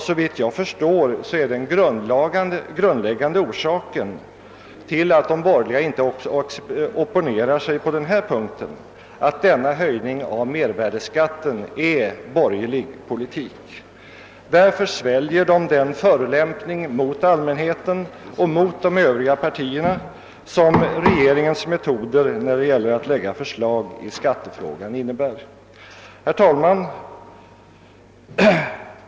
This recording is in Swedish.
Såvitt jag förstår ligger den grundläggande orsaken till att de borgerliga inte opponerar sig på den här punkten däri, att höjningen av mervärdeskatten är borgerlig politik. Därför sväljer man den förolämpning mot allmänheten och mot de övriga partierna som regeringens metoder när det gäller att lägga förslag i skattefrågan innebär. | Herr talman!